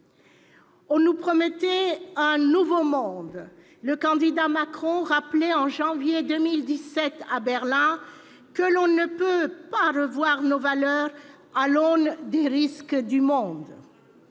On nous promettait un nouveau monde. Le candidat Macron rappelait, en janvier 2017 à Berlin :« On ne peut pas revoir nos valeurs à l'aune des risques du monde